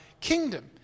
kingdom